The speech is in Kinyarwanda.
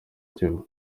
kivu